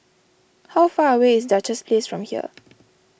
how far away is Duchess Place from here